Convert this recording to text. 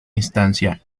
instancia